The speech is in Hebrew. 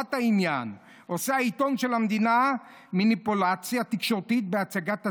לטובת העניין עושה העיתון של המדינה מניפולציה תקשורתית בהצגת הדברים.